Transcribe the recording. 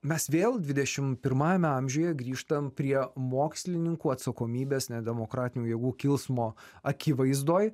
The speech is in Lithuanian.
mes vėl dvidešim pirmajame amžiuje grįžtam prie mokslininkų atsakomybės nedemokratinių jėgų kilsmo akivaizdoj